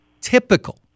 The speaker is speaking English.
typical